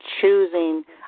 choosing